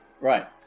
right